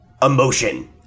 emotion